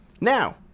Now